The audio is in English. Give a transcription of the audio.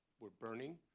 were burning.